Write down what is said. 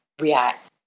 react